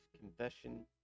confession